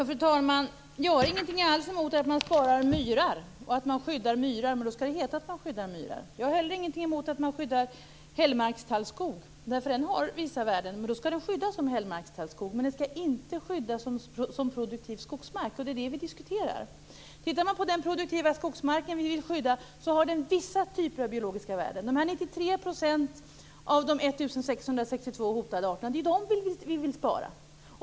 Fru talman! Jag har alls ingenting emot att spara och skydda myrar men då skall det också heta att man skyddar myrar. Jag har heller ingenting emot att skydda hällmarkstallskog därför att den har vissa värden men då skall den också skyddas som hällmarkstallskog. Den skall dock inte skyddas som produktiv skogsmark, och det är ju det som vi diskuterar. Den produktiva skogsmark som vi vill skydda har vissa typer av biologiska värden. Det är ju 93 % av de 1 662 arterna som vi vill spara.